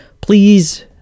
please